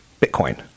Bitcoin